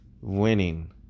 winning